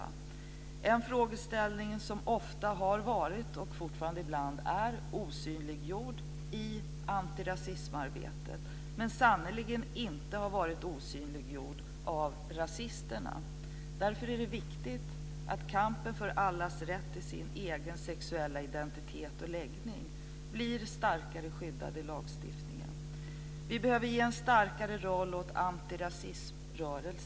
Det är en frågeställning som ofta har varit och fortfarande ibland är osynliggjord i antirasismarbetet. Men den har sannerligen inte varit osynliggjord av rasisterna. Därför är det viktigt att kampen för allas rätt till sin egen sexuella identitet och läggning blir starkare skyddad i lagstiftningen. Vi behöver ge en starkare roll åt antirasismrörelsen.